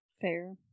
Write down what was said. Fair